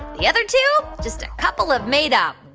the other two? just a couple of made up